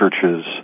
churches